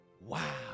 Wow